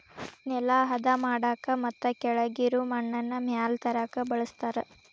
ನೆಲಾ ಹದಾ ಮಾಡಾಕ ಮತ್ತ ಕೆಳಗಿರು ಮಣ್ಣನ್ನ ಮ್ಯಾಲ ತರಾಕ ಬಳಸ್ತಾರ